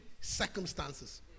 circumstances